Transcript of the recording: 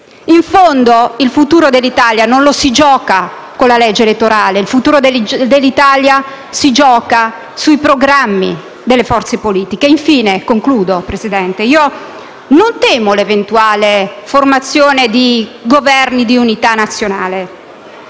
In fondo il futuro dell'Italia non lo si gioca con la legge elettorale: il futuro dell'Italia si gioca sui programmi delle forze politiche. Infine, signor Presidente, non temo l'eventuale formazione di Governi di unità nazionale